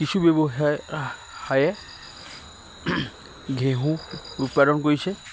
কিছু ব্যৱসায়ে ঘেঁহু উৎপাদন কৰিছে